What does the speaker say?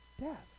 death